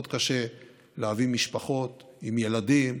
מאוד קשה להביא משפחות עם ילדים,